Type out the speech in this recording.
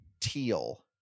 teal